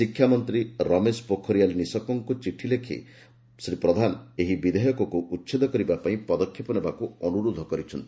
ଶିକ୍ଷାମନ୍ତ୍ରୀ ରମେଶ ପୋଖରିଆଲ୍ ନିଶଙ୍କଙ୍କୁ ଏକ ଚିଠି ଲେଖି ଶ୍ରୀ ପ୍ରଧାନ ଏହି ବିଧେୟକକୁ ଉଚ୍ଛେଦ କରିବା ପାଇଁ ପଦକ୍ଷେପ ନେବାକୁ ଅନୁରୋଧ କରିଛନ୍ତି